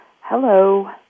Hello